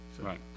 Right